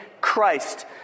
Christ